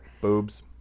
Boobs